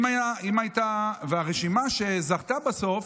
הרשימה שזכתה בסוף,